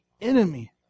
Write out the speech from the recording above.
enemy